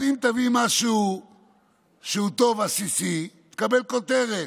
אז אם תביא משהו שהוא טוב, עסיסי, תקבל כותרת,